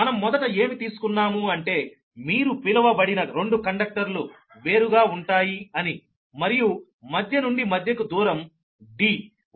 మనం మొదట ఏమి తీసుకున్నాము అంటే మీరు పిలవబడిన రెండు కండక్టర్లు వేరుగా ఉంటాయి అని మరియు మధ్య నుండి మధ్య కు దూరం D